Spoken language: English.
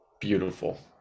Beautiful